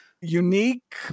unique